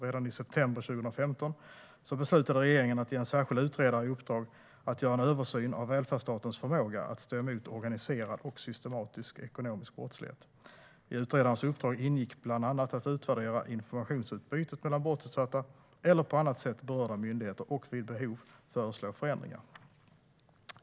Redan i september 2015 beslutade regeringen att ge en särskild utredare i uppdrag att göra en översyn av välfärdsstatens förmåga att stå emot organiserad och systematisk ekonomisk brottslighet. I utredarens uppdrag ingick bland annat att utvärdera informationsutbytet mellan brottsutsatta eller på annat sätt berörda myndigheter och vid behov föreslå förändringar.